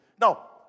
Now